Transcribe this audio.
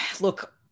look